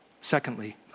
Secondly